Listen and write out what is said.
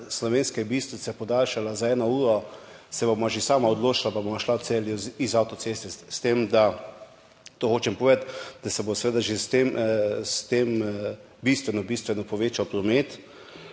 Slovenske Bistrice podaljšala za eno uro, se bova že sama odločila pa bova šla v Celju z avtoceste. Hočem povedati, da se bo seveda že s tem bistveno bistveno povečal promet.